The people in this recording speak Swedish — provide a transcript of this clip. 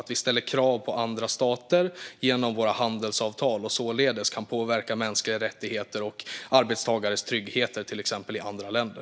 Vi ska ställa krav på andra stater genom handelsavtal och således påverka till exempel mänskliga rättigheter och arbetstagares trygghet i andra länder.